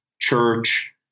church